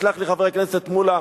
תסלח לי, חבר הכנסת מולה,